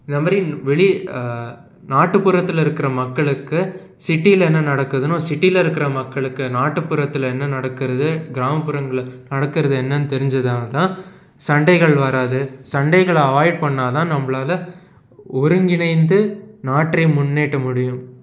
இந்த மாதிரி வெளி நாட்டுப்புறத்தில் இருக்கிற மக்களுக்கு சிட்டியில என்ன நடக்குதுன்னும் சிட்டியில இருக்கிற மக்களுக்கு நாட்டுப்புறத்தில் என்ன நடக்கிறது கிராமப்புறங்களை நடக்கிறது என்னென்று தெரிஞ்சதால தான் சண்டைகள் வராது சண்டைகளை அவாய்ட் பண்ணா தான் நம்பளால் ஒருங்கிணைந்து நாட்டை முன்னேற்ற முடியும்